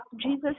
Jesus